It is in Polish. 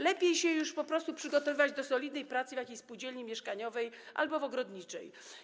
Lepiej już się po prostu przygotowywać do solidnej pracy w jakiejś spółdzielni mieszkaniowej albo ogrodniczej.